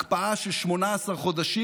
הקפאה של 18 חודשים,